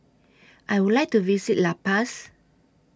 I Would like to visit La Paz